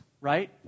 Right